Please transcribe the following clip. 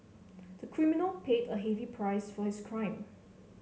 the criminal paid a heavy price for his crime